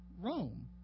rome